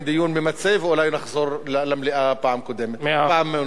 דיון ממצה ואולי לחזור למליאה פעם נוספת.